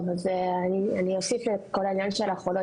טוב אז אני אוסיף על כל העניין של החולות